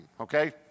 okay